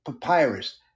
papyrus